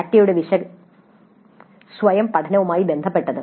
" സ്വയം പഠനവുമായി ബന്ധപ്പെട്ടത്